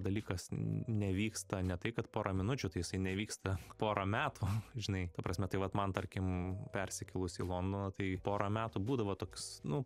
dalykas nevyksta ne tai kad pora minučių tai jisai nevyksta porą metų žinai ta prasme tai vat man tarkim persikėlus į londoną tai porą metų būdavo toks nu